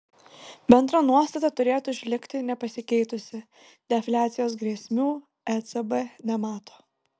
bendra nuostata turėtų išlikti nepasikeitusi defliacijos grėsmių ecb nemato